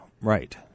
right